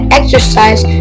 exercise